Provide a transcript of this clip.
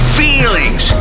feelings